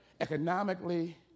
economically